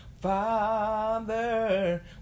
father